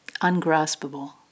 Ungraspable